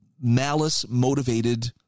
malice-motivated